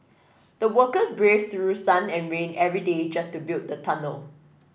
the workers braved through sun and rain every day just to build the tunnel